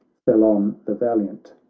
thelon the valiant,